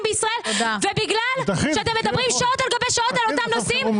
בישראל ובגלל שאתם מדברים שעות על גבי שעות על אותם נושאים.